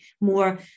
more